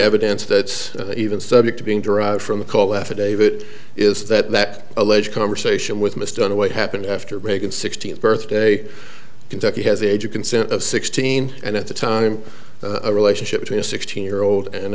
evidence that even subject to being derived from a call affidavit is that alleged conversation with mr dunn away happened after reagan sixteenth birthday kentucky has the age of consent of sixteen and at the time a relationship between a sixteen year old and